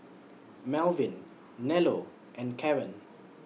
Malvin Nello and Caren